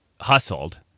hustled